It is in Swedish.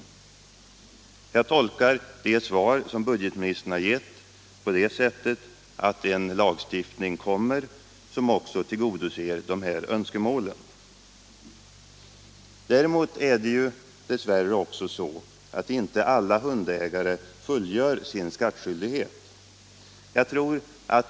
Jag tolkar det svar som budgetministern givit på det sättet att en lagstiftning kommer som också tillgodoser dessa önskemål. Däremot är det ju dess värre så att inte alla hundägare fullgör sin skattskyldighet.